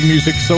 music